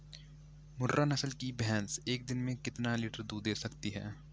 मुर्रा नस्ल की भैंस एक दिन में कितना लीटर दूध दें सकती है?